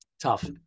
Tough